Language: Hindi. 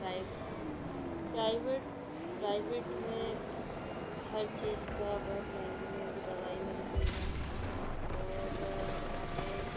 प्राइ प्राइवेट प्राइवेट में हर चीज़ का बहुत महंगी महंगी दवाई मिलती है और वहाँ पर